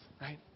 right